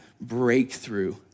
breakthrough